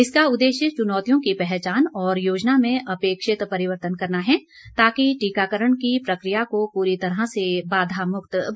इसका उद्देश्य चुनौतियों की पहचान और योजना में अपेक्षित परिवर्तन करना है ताकि टीकाकरण की प्रक्रिया को पूरी तरह बाधामुक्त बनाया जा सके